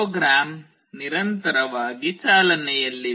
program ನಿರಂತರವಾಗಿ ಚಾಲನೆಯಲ್ಲಿದೆ